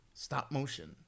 stop-motion